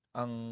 ang